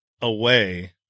away